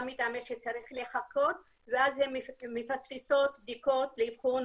גם מהטעם שצריך לחכות ואז הן מפספסות בדיקות לאבחון